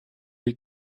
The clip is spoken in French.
est